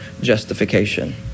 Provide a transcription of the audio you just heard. justification